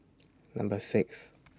Number six